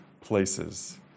places